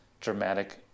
dramatic